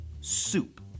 soup